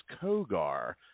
Kogar